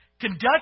Conduct